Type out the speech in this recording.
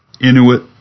Inuit